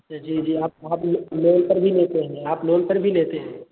जी जी आप आप लोन लोन पर भी लेते हैं आप लोन पर भी देते हैं